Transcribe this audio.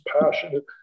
passionate